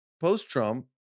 post-Trump